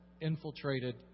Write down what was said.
infiltrated